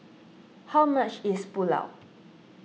how much is Pulao